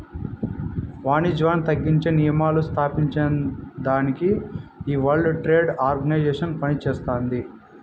వానిజ్యాన్ని తగ్గించే నియమాలు స్తాపించేదానికి ఈ వరల్డ్ ట్రేడ్ ఆర్గనైజేషన్ పనిచేస్తాది